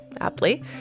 aptly